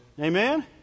Amen